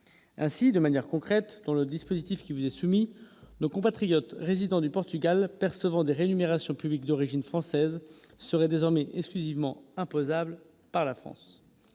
ainsi de manière concrète. Dans le dispositif qui vous est soumis nos compatriotes résidant du Portugal percevant des rémunérations publiques d'origine française serait désormais exclusivement imposables par la France